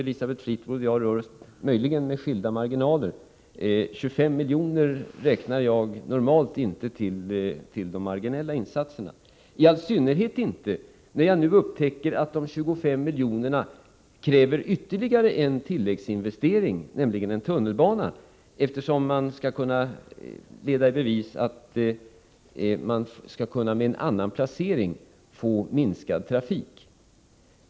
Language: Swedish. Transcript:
Elisabeth Fleetwood och jag rör oss möjligen med skilda marginaler, men jag vill säga att jag normalt inte räknar 25 miljoner till de marginella insatserna, i all synnerhet inte som jag nu upptäcker att de 25 miljonerna kräver ytterligare en investering, nämligen investeringen för en tunnelbana. Det är ju här fråga om att leda i bevis att man med en annan placering skulle kunna få minskad trafik.